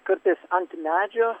kartais ant medžio